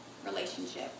Relationship